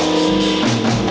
he